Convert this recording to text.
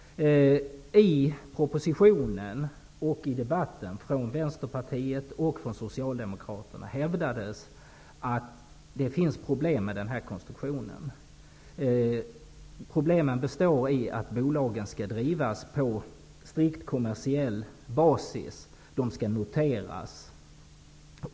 I propositionen och även i debatten -- då från har det hävdats att det finns problem med den här konstruktionen. Problemen består i att bolagen skall drivas på strikt kommersiell basis. De skall noteras.